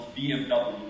BMW